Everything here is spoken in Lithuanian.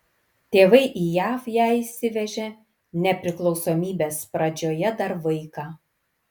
tėvai į jav ją išsivežė nepriklausomybės pradžioje dar vaiką